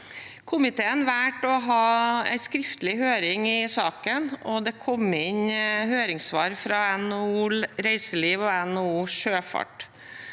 Komiteen valgte å ha en skriftlig høring i saken, og det kom inn høringssvar fra NHO Reiseliv og NHO Sjøfart.